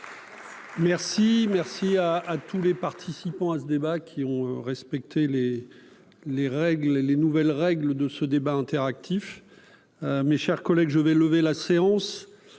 merci à à tous les participants à ce débat qui ont respecté les les règles et les nouvelles règles de ce débat interactif, mes chers collègues, je vais lever la séance,